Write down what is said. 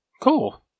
Cool